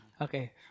Okay